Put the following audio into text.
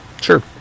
sure